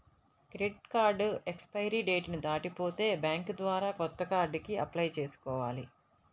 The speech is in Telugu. క్రెడిట్ కార్డు ఎక్స్పైరీ డేట్ ని దాటిపోతే బ్యేంకు ద్వారా కొత్త కార్డుకి అప్లై చేసుకోవాలి